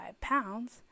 pounds